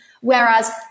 Whereas